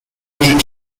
week